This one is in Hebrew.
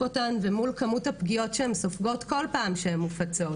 אותן ומול כמות הפגיעות שהן סופגות כל פעם שהן מופצות.